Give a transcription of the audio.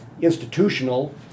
institutional